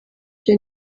byo